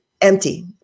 empty